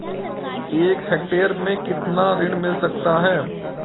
एक हेक्टेयर में कितना ऋण मिल सकता है?